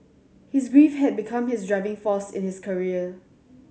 his grief had become his driving force in his career